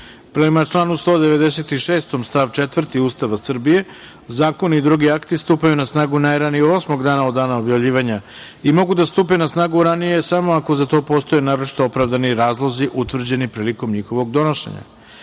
članu 196. stav 4. Ustava Republike Srbije, zakoni i drugi akti stupaju na snagu najranije osmog dana od dana objavljivanja i mogu da stupe na snagu ranije samo ako za to postoje naročito opravdani razlozi, utvrđeni prilikom njihovog donošenja. Stavljam